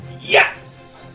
Yes